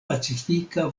pacifika